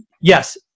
Yes